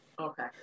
Okay